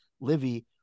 Livy